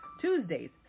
Tuesdays